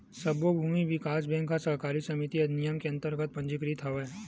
सब्बो भूमि बिकास बेंक ह सहकारी समिति अधिनियम के अंतरगत पंजीकृत हवय